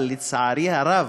אבל, לצערי הרב,